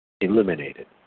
eliminated